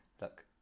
Look